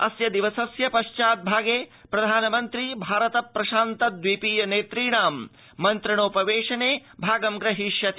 अद्य दिवसस्य पश्चाद भागे प्रधानमन्त्री भारत प्रशान्त द्वीप नेतृणां मन्त्रणोपवेशने भागमादास्यति